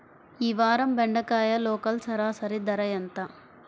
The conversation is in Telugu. ఈ వారం బెండకాయ లోకల్ సరాసరి ధర ఎంత?